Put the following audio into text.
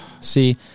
see